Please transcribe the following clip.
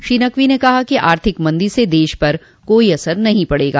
श्री नक़वी ने कहा कि आर्थिक मंदी से देश पर कोई असर नहीं पड़ेगा